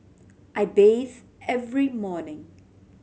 I bathe every morning